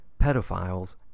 pedophiles